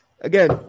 again